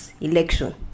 election